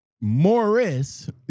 Morris